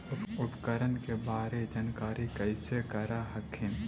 उपकरण के बारे जानकारीया कैसे कर हखिन?